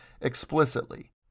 explicitly